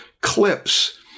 clips